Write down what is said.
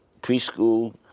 preschool